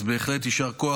אז בהחלט יישר כוח.